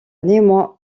néanmoins